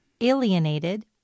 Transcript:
Alienated